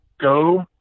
go